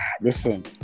Listen